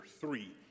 three